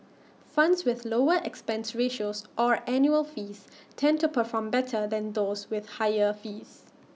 funds with lower expense ratios or annual fees tend to perform better than those with higher fees